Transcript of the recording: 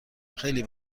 خیلی